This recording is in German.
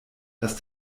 dass